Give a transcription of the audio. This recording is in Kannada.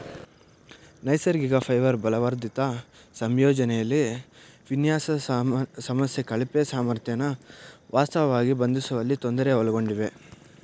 ನೈಸರ್ಗಿಕ ಫೈಬರ್ ಬಲವರ್ಧಿತ ಸಂಯೋಜನೆಲಿ ವಿನ್ಯಾಸ ಸಮಸ್ಯೆ ಕಳಪೆ ಸಾಮರ್ಥ್ಯನ ವಾಸ್ತವವಾಗಿ ಬಂಧಿಸುವಲ್ಲಿ ತೊಂದರೆ ಒಳಗೊಂಡಿವೆ